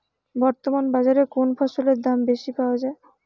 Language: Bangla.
বর্তমান বাজারে কোন ফসলের দাম বেশি পাওয়া য়ায়?